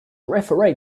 referee